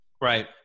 Right